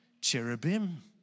Cherubim